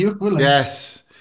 Yes